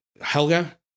Helga